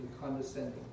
condescending